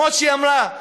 כמו שהיא אמרה,